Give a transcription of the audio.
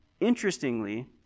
interestingly